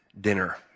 dinner